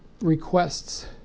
requests